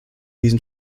diesen